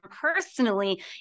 personally